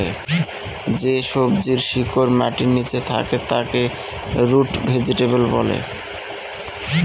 যে সবজির শিকড় মাটির নীচে থাকে তাকে রুট ভেজিটেবল বলে